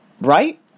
Right